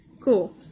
Cool